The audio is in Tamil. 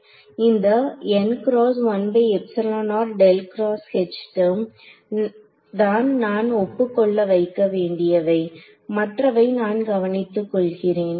இந்த டெர்ம் தான் நான் ஒப்புக்கொள்ள வைக்க வேண்டியவை மற்றவை நான் கவனித்துக் கொள்கிறேன்